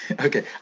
okay